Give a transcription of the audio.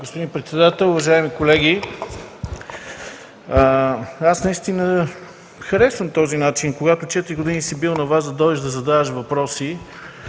господин председател, уважаеми колеги! Аз наистина харесвам този начин – когато четири години си бил на власт, да дойдеш тук да задаваш въпроси,